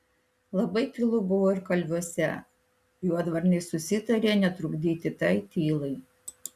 labai tylu buvo ir kalviuose juodvarniai susitarė netrukdyti tai tylai